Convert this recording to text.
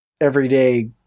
everyday